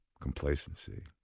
complacency